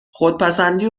خودپسندی